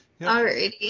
alrighty